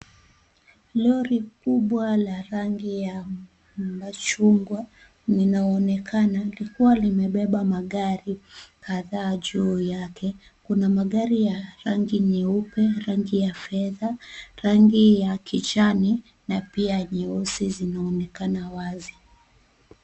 Lori kubwa la rangi ya machungwa linaonekana likiwa limebeba magari kadhaa juu yake. Kuna magari ya rangi nyeupe, rangi ya fedha, rangi ya kijani na pia nyeusi zinaonekana wazi.